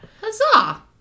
Huzzah